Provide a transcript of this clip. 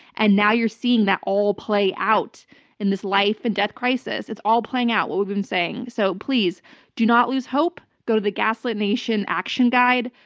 and now you're seeing that all play out in this life and death crisis. it's all playing out, what we've been saying. so please do not lose hope. go to the gaslit nation action guide,